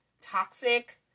toxic